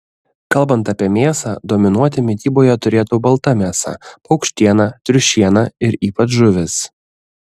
kalbant apie mėsą dominuoti mityboje turėtų balta mėsa paukštiena triušiena ir ypač žuvis